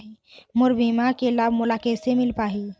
मोर बीमा के लाभ मोला कैसे मिल पाही?